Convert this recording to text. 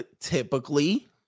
Typically